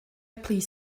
please